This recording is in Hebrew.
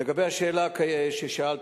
לגבי השאלה ששאלת,